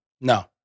No